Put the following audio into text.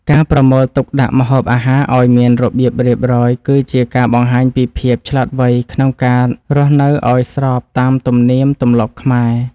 ការប្រមូលទុកដាក់ម្ហូបអាហារឱ្យមានរបៀបរៀបរយ គឺជាការបង្ហាញពីភាពឆ្លាតវៃក្នុងការរស់នៅឱ្យស្របតាមទំនៀមទម្លាប់ខ្មែរ។